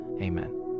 Amen